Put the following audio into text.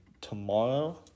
Tomorrow